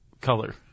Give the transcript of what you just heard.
color